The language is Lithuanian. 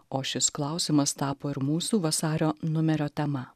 o šis klausimas tapo ir mūsų vasario numerio tema